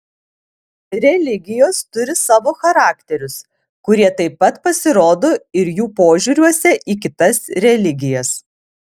religijos turi savo charakterius kurie taip pat pasirodo ir jų požiūriuose į kitas religijas